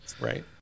Right